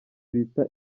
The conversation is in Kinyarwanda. bita